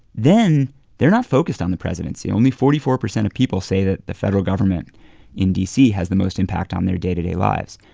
then they're not focused on the presidency. only forty four percent of people say that the federal government in d c. has the most impact on their day-to-day lives.